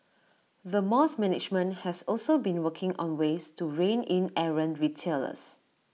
the mall's management has also been working on ways to rein in errant retailers